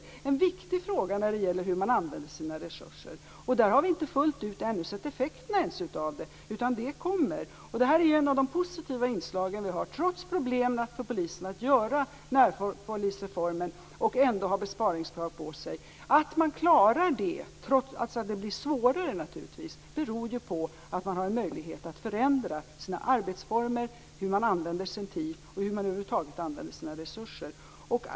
Det är en viktig fråga när det gäller hur man använder sina resurser. Där har vi inte sett effekterna fullt ut ännu, utan det kommer. Detta är ett av de positiva inslag vi har trots problemen för polisen att genomföra närpolisreformen samtidigt som man haft besparingskrav på sig. Att man klarar det, trots att det blir svårare, beror ju på att man har möjligheter att förändra sina arbetsformer, hur man använder sin tid och hur man över huvud taget använder sina resurser.